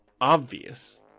obvious